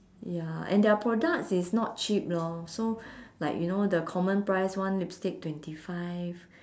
ya and their products is not cheap lor so like you know the common price one lipstick twenty five